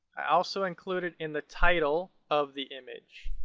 i also included in the title of the image.